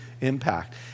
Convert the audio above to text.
impact